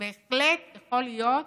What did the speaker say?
שבהחלט יכול להיות